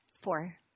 Four